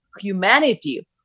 humanity